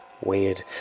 Weird